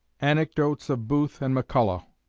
anecdotes of booth and mccullough